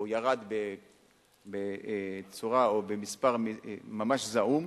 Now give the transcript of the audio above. או ירד במספר ממש זעום.